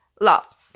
love